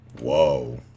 Whoa